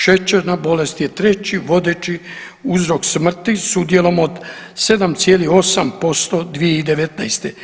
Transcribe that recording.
Šećerna bolest je treći vodeći uzrok smrti s udjelom od 7,8% 2019.